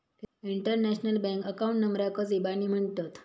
international bank account नंबराकच इबानी म्हणतत